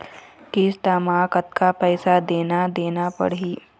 किस्त म कतका पैसा देना देना पड़ही?